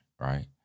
right